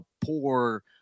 poor